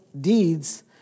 deeds